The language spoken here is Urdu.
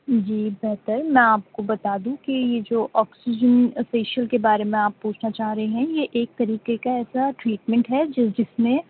جی بہتر میں آپ کو بتا دوں کہ یہ جو آکسیجن فیشیل کے بارے میں آپ پوچھنا چاہ رہے ہیں یہ ایک طریقے کا ایسا ٹدیٹمینٹ ہے جو جس میں